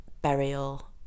burial